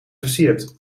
versiert